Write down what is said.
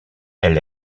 elle